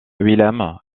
willem